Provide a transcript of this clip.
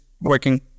working